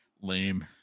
Lame